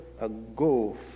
ago